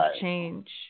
change